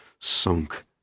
sunk